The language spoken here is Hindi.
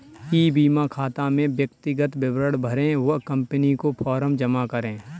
ई बीमा खाता में व्यक्तिगत विवरण भरें व कंपनी को फॉर्म जमा करें